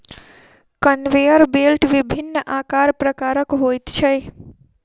conveyor belt विभिन्न आकार प्रकारक होइत छै